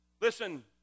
Listen